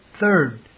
Third